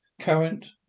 current